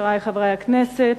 חברי חברי הכנסת,